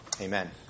Amen